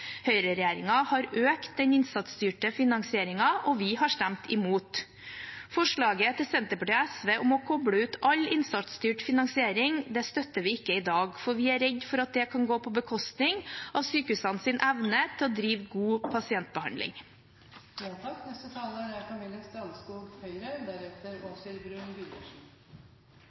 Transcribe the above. har økt den innsatsstyrte finanseringen, og vi har stemt imot. Forslaget fra Senterpartiet og SV om å koble ut all innsatsstyrt finansiering støtter vi ikke i dag, for vi er redde for at det kan gå på bekostning av sykehusenes evne til å drive god pasientbehandling. Finansieringsordningene må bidra til effektiv bruk av ressurser innenfor de økonomiske rammene som er